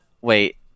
wait